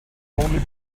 only